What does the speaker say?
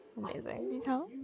Amazing